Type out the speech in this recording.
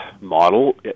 Model